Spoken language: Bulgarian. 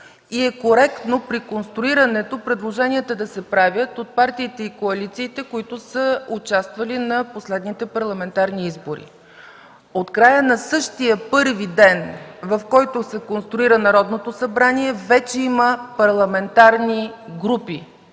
Коректно е при конструирането предложенията да се правят от партиите и коалициите, участвали на последните парламентарни избори. От края на същия този първи ден, в който се конструира Народното събрание, вече има парламентарни групи